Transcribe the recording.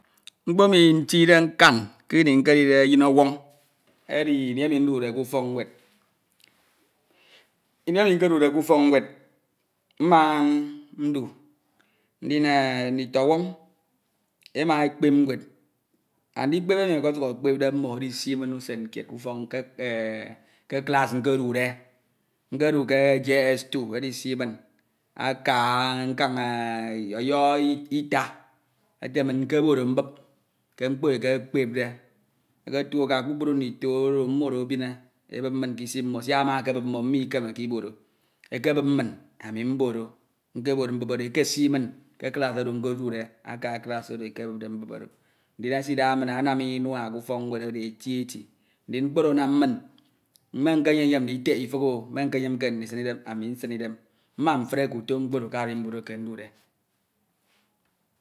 Mkpo emi ntide nkqn kini nkedide eyin omoọñ, edi ini emi ndude ke ufọk nwed, lri emi nkedude ke ufok nwedi, mma ndu ndin nditoñwọñ ema ekpep nwed. Andikpep emi ekesuk ekpepde mmo usen kied ke class nkedude. Nkedu ke Js 2 edisi min aka nkan a ọyọho ita ete min nkeboro mbup ke mkpo ekepepde. Elektu aka kpukpru ndito oro mmodo ebine, e bup min ke isi mmo, siak ama ekebup mmo, mmo ikemeke iboro. Ekebup min ami mboro, nkeboro mbup oro e kesi nun ke class oro nkedude aka class oro ekebupde mkume oro. Ndin esida min anam unua eti eti. Mkpo oro anam min me nkeyenyen nditek ifiḳ.̣̣. O, me nkeyemke ndisin idem anu nsiñ idem mma mfereke uto mkpo oro ke arimbud eke ndude.